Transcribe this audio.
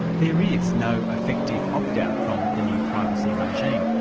there is no effective opt-out from the new privacy regime,